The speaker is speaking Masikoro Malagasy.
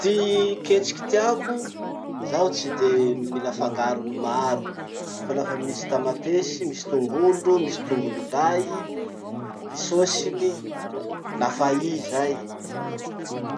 Ty ketriky tiako, zaho tsy de mila fangarony maro. Fa lafa misy tamatesy, misy tongolo, misy tongolo lay ty sôsiny, lafa i zay.